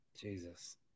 Jesus